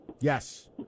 Yes